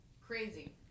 Crazy